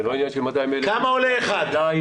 כמה עולה אדם אחד?